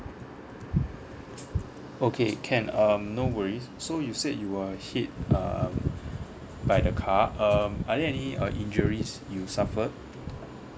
okay can um no worries so you said you were hit um by the car um are there any uh injuries you suffered